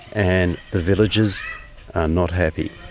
and the villagers are not happy.